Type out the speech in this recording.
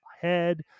head